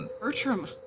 bertram